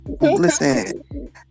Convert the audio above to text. Listen